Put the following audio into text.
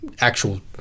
actual